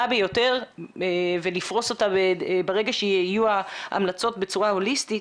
ביותר ולפרוס אותה ברגע שיהיו ההמלצות בצורה הוליסטית.